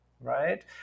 right